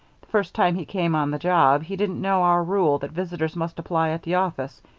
the first time he came on the job he didn't know our rule that visitors must apply at the office,